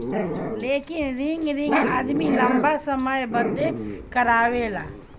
लेकिन रिकरिंग आदमी लंबा समय बदे करावेला